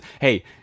Hey